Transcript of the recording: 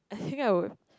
I think I would